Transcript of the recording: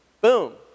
Boom